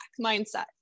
mindset